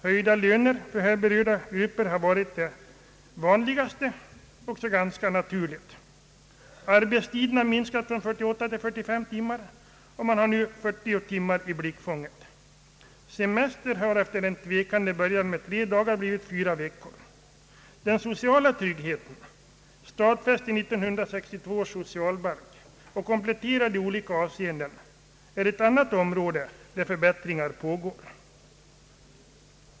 Höjda löner har för här berörda grupper varit det vanligaste, och det är också ganska naturligt. Arbetstiden har minskat från 48 till 45 timmar, och man har nu 40 timmar i blickfånget. Semestern har efter en tvekande början med tre dagar blivit fyra veckor. Den sociala tryggheten, stadfäst i 1962 års socialbalk och kompletterad i olika avseenden, är ett annat område där förbättringar pågår.